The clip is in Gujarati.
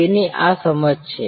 વીની આ સમજ છે